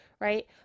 Right